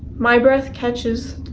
my breath catches,